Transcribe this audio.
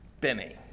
Benny